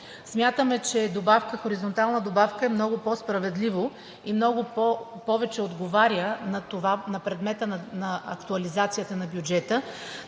Смятаме, че хоризонтална добавка е много по-справедливо и много повече отговаря на предмета на актуализацията на бюджета,